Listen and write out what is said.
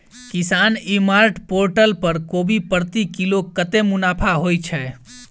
किसान e mart portal पर कोबी प्रति किलो कतै मुनाफा होइ छै?